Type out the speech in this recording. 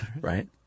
Right